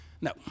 No